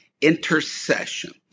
Intercession